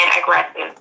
aggressive